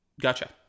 Gotcha